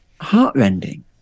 heartrending